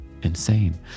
insane